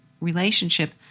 relationship